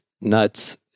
nuts